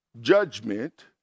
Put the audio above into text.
judgment